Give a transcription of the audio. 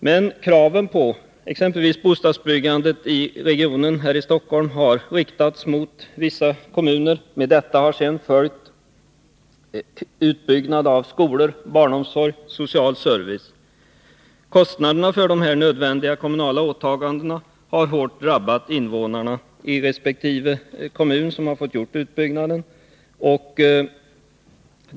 Men kraven på exempelvis bostadsbyggande här i Stockholm har riktats mot vissa kommuner. Med detta har sedan följt utbyggnad av skolor, barnomsorg och social service. Kostnaderna för dessa nödvändiga kommunala åtaganden har hårt drabbat invånarna i resp. kommun som har fått lov att göra sådan utbyggnad.